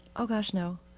ah gosh no,